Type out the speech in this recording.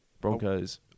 Broncos